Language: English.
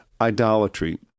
idolatry